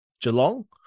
Geelong